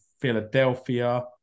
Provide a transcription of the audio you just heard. philadelphia